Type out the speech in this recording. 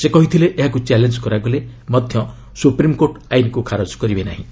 ସେ କହିଥିଲେ ଏହାକୁ ଚ୍ୟାଲେଞ୍ଜ କରାଗଲେ ମଧ୍ୟ ସୁପ୍ରିମ୍କୋର୍ଟ ଆଇନ୍କୁ ଖାରଜ କରିବେ ନାହିଁ